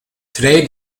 today